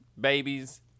babies